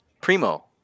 Primo